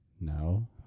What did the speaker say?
No